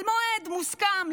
על מועד מוסכם,